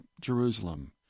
Jerusalem